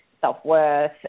self-worth